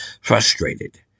frustrated